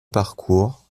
parcours